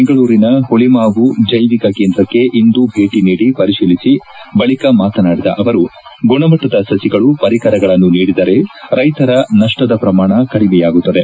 ಬೆಂಗಳೂರಿನ ಹುಳಮಾವು ಜೈವಿಕ ಕೇಂದ್ರಕ್ಕೆ ಇಂದು ಭೇಟ ನೀಡಿ ಪರಿತೀಲಿಸಿ ಬಳಕ ಮಾತನಾಡಿದ ಅವರು ಗುಣಮಟ್ಟದ ಸಸಿಗಳು ಪರಿಕರಗಳನ್ನು ನೀಡಿದರೆ ರೈತರ ನಷ್ಷದ ಪ್ರಮಾಣ ಕಡಿಮೆಯಾಗುತ್ತದೆ